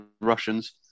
Russians